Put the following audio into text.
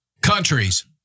countries